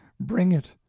bring it!